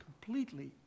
completely